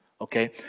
Okay